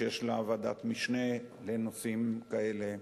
שיש לה ועדת משנה לנושאים כאלה.